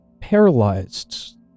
paralyzed